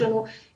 יש לנו מפקדים,